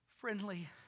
friendly